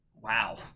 Wow